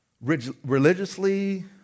religiously